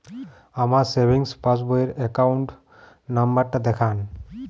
আমার সেভিংস পাসবই র অ্যাকাউন্ট নাম্বার টা দেখান?